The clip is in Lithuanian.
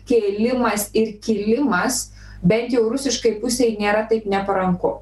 kėlimas ir kilimas bent jau rusiškai pusei nėra taip neparanku